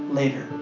later